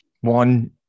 one